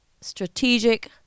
strategic